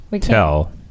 tell